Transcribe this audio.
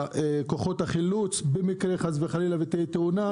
במקרה ותהיה תאונה,